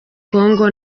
congo